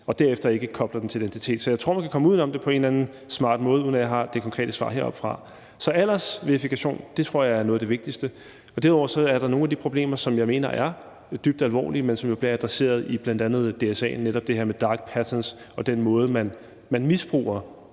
og derefter ikke kobler den til en identitet. Så jeg tror, at man kan komme uden om det på en eller anden smart måde, uden at jeg har det konkrete svar heroppefra. Så aldersverifikation tror jeg er noget af det vigtigste. Derudover er der nogle af de problemer, som jeg mener er dybt alvorlige, der bliver adresseret i bl.a. DSA'en. Det er netop det her med dark patterns og den måde, man misbruger,